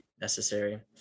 necessary